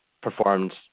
performed